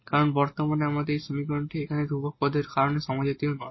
কারণ বর্তমানে এই সমীকরণটি এখানে এই ধ্রুবক পদগুলির কারণে হোমোজিনিয়াস নয়